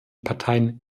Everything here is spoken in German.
parteien